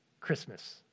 Christmas